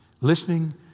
Listening